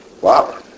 wow